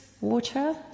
water